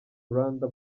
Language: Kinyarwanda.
rwanda